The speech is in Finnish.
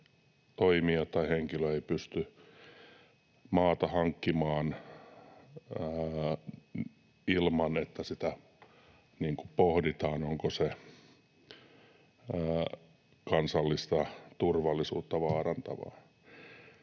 toimija tai henkilö ei pysty maata hankkimaan ilman, että pohditaan, onko se kansallista turvallisuutta vaarantavaa.